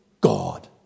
God